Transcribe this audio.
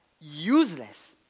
useless